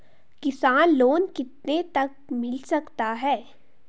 किसान लोंन कितने तक मिल सकता है?